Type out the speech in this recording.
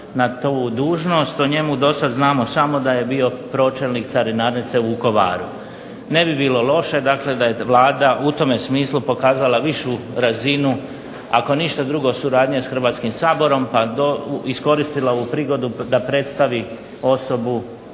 na tu dužnost. O njemu dosad znamo samo da je bio pročelnik carinarnice u Vukovaru. Ne bi bilo loše dakle da je Vlada u tome smislu pokazala višu razinu, ako ništa drugo suradnje s Hrvatskim saborom, pa iskoristila ovu prigodu da predstavi osobu